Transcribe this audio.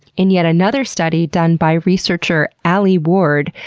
in yet another study done by researcher alie ward,